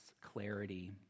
clarity